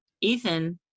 Ethan